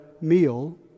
meal